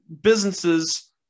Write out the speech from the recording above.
businesses